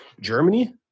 Germany